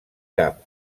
cap